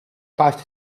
parte